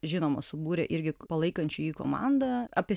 žinoma subūrė irgi palaikančiųjų komandą apie